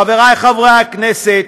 חבריי חברי הכנסת,